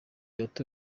bato